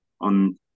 on